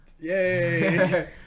yay